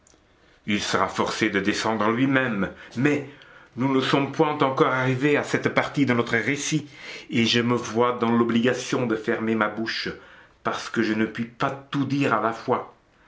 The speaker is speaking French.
il sera forcé de descendre lui-même mais nous ne sommes point encore arrivés à cette partie de notre récit et je me vois dans l'obligation de fermer ma bouche parce que je ne puis pas tout dire à la fois